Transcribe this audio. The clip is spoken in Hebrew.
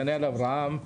דניאל אברהם,